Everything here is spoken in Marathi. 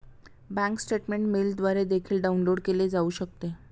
बँक स्टेटमेंट मेलद्वारे देखील डाउनलोड केले जाऊ शकते